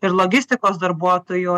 ir logistikos darbuotojų